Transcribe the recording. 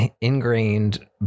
ingrained